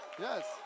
yes